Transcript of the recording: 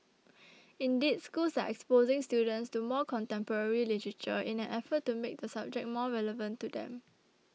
indeed schools are exposing students to more contemporary literature in an effort to make the subject more relevant to them